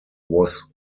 was